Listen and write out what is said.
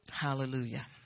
Hallelujah